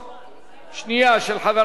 של חבר הכנסת ניצן הורוביץ,